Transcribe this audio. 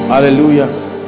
hallelujah